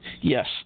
Yes